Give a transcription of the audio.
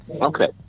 Okay